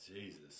Jesus